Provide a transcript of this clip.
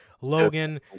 Logan